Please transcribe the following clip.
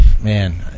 man